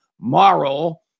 moral